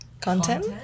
content